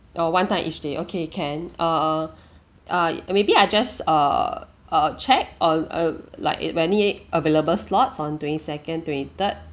orh one time each day okay can uh uh uh maybe I just err uh check on uh like it any available slots on twenty second twenty third